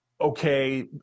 okay